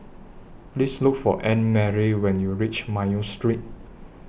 Please Look For Annemarie when YOU REACH Mayo Street